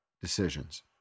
decisions